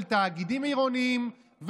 של תאגידים עירוניים,